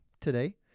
today